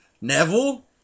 Neville